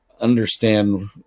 understand